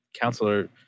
counselor